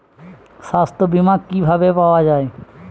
সাস্থ্য বিমা কি ভাবে পাওয়া যায়?